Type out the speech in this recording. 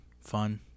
Fun